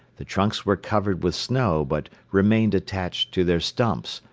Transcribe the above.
the trunks were covered with snow but remained attached to their stumps,